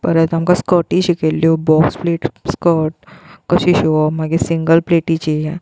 परत आमकां स्कर्टी शिकयल्ल्यो बॉक्स प्लेट कट कशी शिंवप मागीर सिंगल प्लेटीची